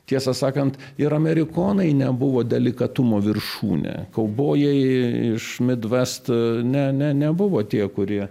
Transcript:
tiesą sakant ir amerikonai nebuvo delikatumo viršūnė kaubojai iš midvest ne ne nebuvo tie kurie